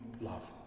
love